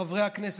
חברי הכנסת,